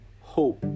hope